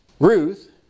Ruth